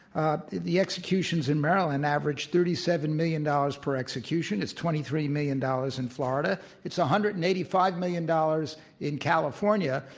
ah the the executions in maryland averaged thirty seven million dollars per execution, it's twenty three million dollars in florida, it's one ah hundred and eighty five million dollars in california,